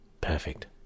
Perfect